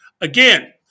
Again